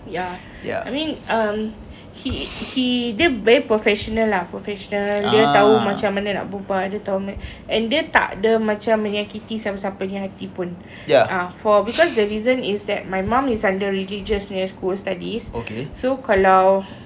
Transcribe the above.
ya I mean um he he dia very professional lah professional dia tahu macam mana nak berbual dia tahu and dia tak ada macam menyakiti siapa-siapa di hati pun for ah because the reason is that my mum is under religious punya school studies so kalau